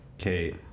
Okay